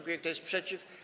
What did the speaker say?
Kto jest przeciw?